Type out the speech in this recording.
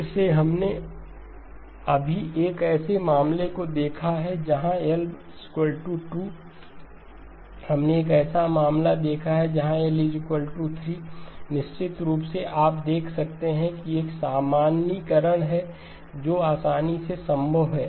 फिर से हमने अभी एक ऐसे मामले को देखा है जहां L 2 हमने एक ऐसा मामला देखा जब L 3 निश्चित रूप से आप देख सकते हैं कि एक सामान्यीकरण है जो आसानी से संभव है